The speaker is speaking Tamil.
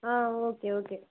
ah okay okay